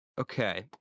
Okay